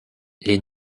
les